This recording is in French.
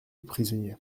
prisonnier